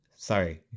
Sorry